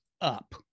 up